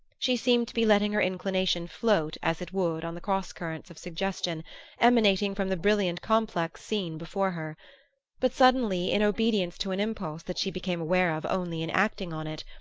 she seemed to be letting her inclination float as it would on the cross-currents of suggestion emanating from the brilliant complex scene before her but suddenly, in obedience to an impulse that she became aware of only in acting on it,